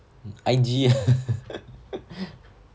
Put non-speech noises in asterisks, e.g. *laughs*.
I_G *laughs*